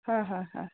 হয় হয় হয়